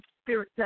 spirit